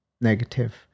negative